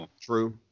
True